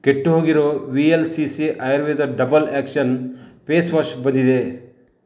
ಕೆಟ್ಟು ಹೋಗಿರೋ V L C C Ayurveda double action face wash ಬಂದಿದೆ